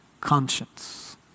conscience